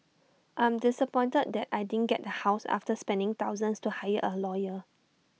I am disappointed that I didn't get the house after spending thousands to hire A lawyer